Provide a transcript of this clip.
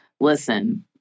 Listen